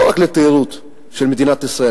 לא רק לתיירות של מדינת ישראל,